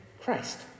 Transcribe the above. Christ